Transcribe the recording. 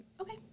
okay